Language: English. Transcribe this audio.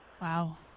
Wow